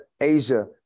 Asia